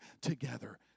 together